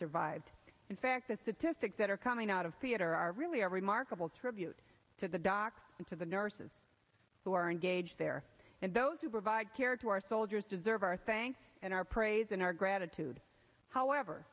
survived in fact the statistics that are coming out of theater are really a remarkable tribute to the doctor and to the nurses who are engaged there and those who provide care to our soldiers deserve our thanks and our praise and our gratitude however